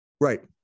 Right